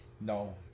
No